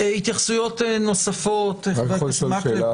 התייחסויות נוספות, חבר הכנסת מקלב.